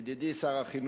עוד פעם הצבעתי בטעות.